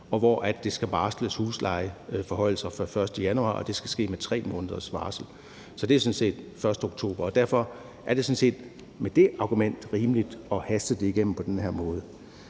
og hvor huslejeforhøjelser fra 1. januar skal ske med 3 måneders varsel, og det er sådan set 1. oktober, og derfor er det med det argument rimeligt at haste det igennem på den her måde.